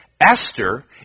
Esther